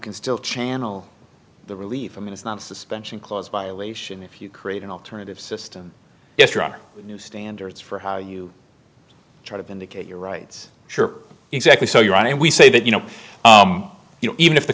can still channel the relief i mean it's not suspension close by elation if you create an alternative system yes your standards for how you try to vindicate your rights sure exactly so you're on and we say that you know you know even if the